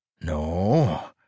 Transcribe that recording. No